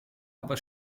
aber